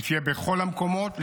היא תהיה בכל המקומות.